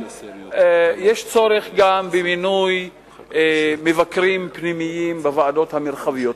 יש צורך גם במינוי מבקרים פנימיים בוועדות המרחביות.